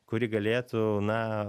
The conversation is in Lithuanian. kuri galėtų na